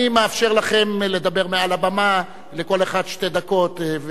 אני מאפשר לכם לדבר מעל הבמה, כל אחד שתי דקות.